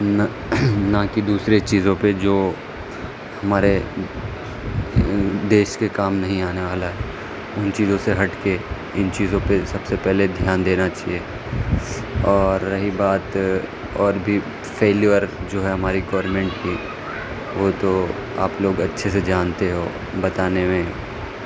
نہ نہ کہ دوسرے چیزوں پہ جو ہمارے دیس کے کام نہیں آنے والا ہے ان چیزوں سے ہٹ کے ان چیزوں پہ سب سے پہلے دھیان دینا چاہیے اور رہی بات اور بھی فیلیور جو ہے ہماری گورمنٹ کی وہ تو آپ لوگ اچھے سے جانتے ہو بتانے میں